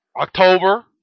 October